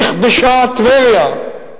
"נכבשה טבריה",